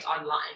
online